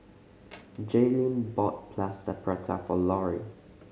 Jaelynn bought Plaster Prata for Lorrie